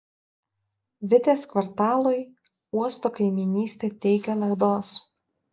vitės kvartalui uosto kaimynystė teikia naudos